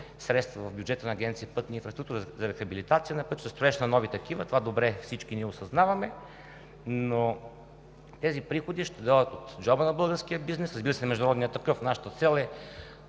средства в бюджета на Агенция „Пътна инфраструктура“ за рехабилитация на пътища, за строеж на нови такива, това добре, всички ние осъзнаваме, но тези приходи ще дойдат от джоба на българския бизнес, разбира се, международния такъв. Нашата цел е